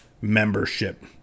membership